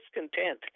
discontent